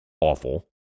awful